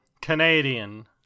Canadian